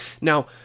Now